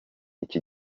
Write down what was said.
iki